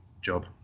job